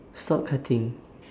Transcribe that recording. stop cutting